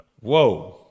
Whoa